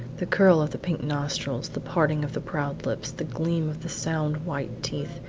the curl of the pink nostrils, the parting of the proud lips, the gleam of the sound white teeth,